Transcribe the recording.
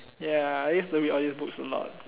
ya I used to read all these books a lot